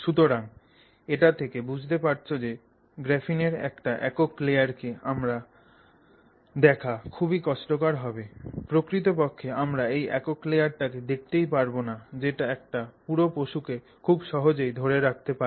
সুতরাং এটা থেকে বুঝতে পারছ যে গ্রাফিনের একটা একক লেয়ার কে আমাদের পক্ষে দেখা খুবই কষ্টকর হবে প্রকৃতপক্ষে আমরা এই একক লেয়ারটা দেখতেই পারবো না যেটা একটা পুরো পশুকে খুব সহজেই ধরে রাখতে পারে